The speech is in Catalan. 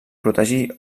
protegir